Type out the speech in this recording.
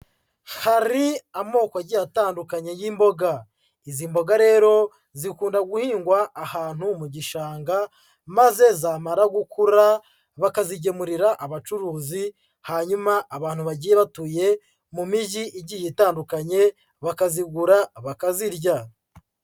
Hari amoko agiye atandukanye y'imboga. Izi mboga rero, zikunda guhingwa ahantu mu gishanga, maze zamara gukura, bakazigemurira abacuruzi, hanyuma abantu bagiye batuye mu mijyi igiye itandukanye bakazigura bakazirya.